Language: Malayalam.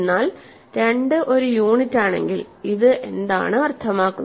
എന്നാൽ 2 ഒരു യൂണിറ്റാണെങ്കിൽ ഇത് എന്താണ് അർത്ഥമാക്കുന്നത്